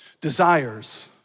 Desires